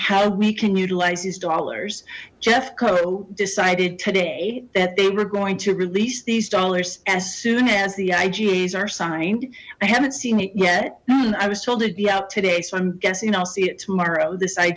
how we can utilize these dollars jeffco decided today that they were going to release these dollars as soon as the iga s are signed i haven't seen it yet i was told it'd be out today so i'm guessing i'll see it tomorrow